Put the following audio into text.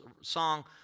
song